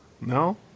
No